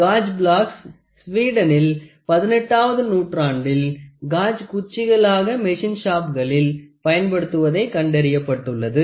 gauge blocks ஸ்வீடனில் 18 ஆவது நூற்றாண்டிள் காஜ் குச்சிகளாக மெஷின் ஷாப்களில் பயன்படுத்துவதை கண்டறியப்பட்டுள்ளது